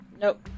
Nope